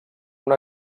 una